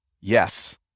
Yes